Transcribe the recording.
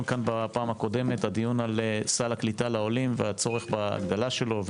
כאן בפעם הקודמת הדיון על סל הקליטה לעולים והצורך בהגדלה שלו,